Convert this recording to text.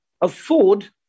afford